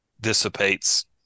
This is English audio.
dissipates